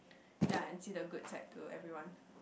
ya and see the good side to everyone